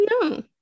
No